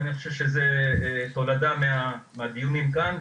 ואני חושב שזו תולדה מהדיונים כאן,